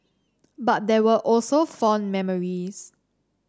but there were also fond memories